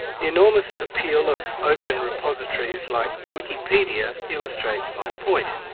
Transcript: the enormous appeal of open repositories like wikipedia illustrates my point.